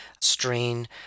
strain